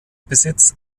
besitz